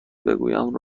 بگویم